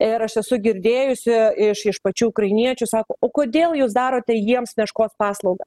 ir aš esu girdėjusi iš iš pačių ukrainiečių sako o kodėl jūs darote jiems meškos paslaugą